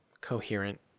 coherent